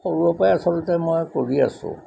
সৰুৰে পৰাই আচলতে মই কৰি আছোঁ